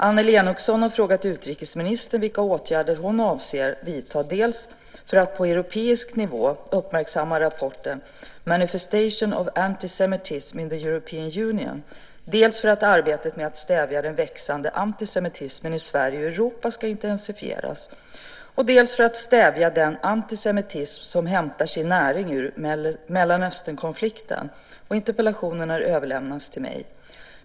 Annelie Enochson har frågat utrikesministern vilka åtgärder hon avser vidta dels för att på europeisk nivå uppmärksamma rapporten Manifestations of anti-Semitism in the European Union, dels för att arbetet med att stävja den växande antisemitismen i Sverige och Europa ska intensifieras, dels för att stävja den antisemitism som hämtar sin näring ur Mellanösternkonflikten. Interpellationen har överlämnats till mig.